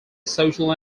social